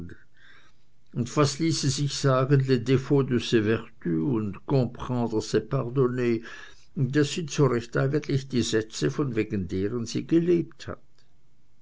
und fast ließe sich sagen les dfauts de ses vertus und comprendre c'est pardonner das sind so recht eigentlich die sätze wegen deren sie gelebt hat